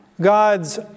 God's